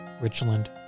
Richland